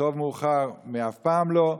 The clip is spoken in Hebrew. טוב מאוחר מאף פעם לא,